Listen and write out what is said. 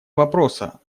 вопроса